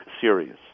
series